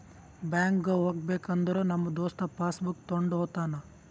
ಬ್ಯಾಂಕ್ಗ್ ಹೋಗ್ಬೇಕ ಅಂದುರ್ ನಮ್ ದೋಸ್ತ ಪಾಸ್ ಬುಕ್ ತೊಂಡ್ ಹೋತಾನ್